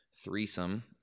Threesome